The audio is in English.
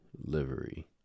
livery